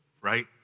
right